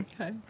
Okay